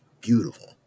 beautiful